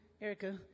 Erica